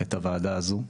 את הוועדה הזאת.